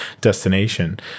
destination